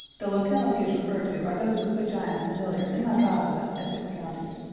the localities referred to are those with which i am familiar in my drives about essex county.